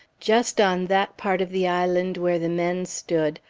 just on that part of the island where the men stood,